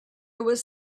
was